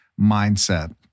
mindset